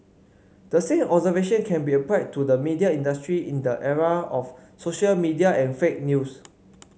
the same observation can be applied to the media industry in the era of social media and fake news